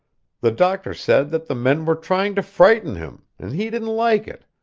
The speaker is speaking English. the doctor said that the men were trying to frighten him, and he didn't like it,